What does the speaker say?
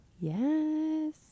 Yes